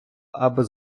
аби